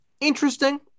Interesting